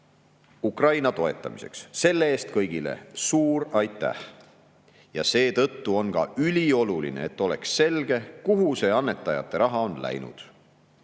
Ukraina toetamiseks, selle eest kõigile suur aitäh! Ja seetõttu on ka ülioluline, et oleks selge, kuhu see annetajate raha on läinud.